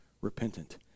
repentant